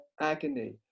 agony